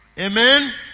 Amen